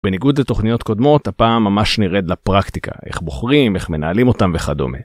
בניגוד לתוכניות קודמות, הפעם ממש נרד לפרקטיקה, איך בוחרים, איך מנהלים אותם וכדומה.